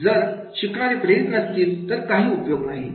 जर शिकणारे प्रेरित नसतील तर काही उपयोग नाही